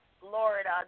Florida